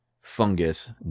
fungus